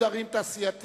איגוד ערים תעשייתי.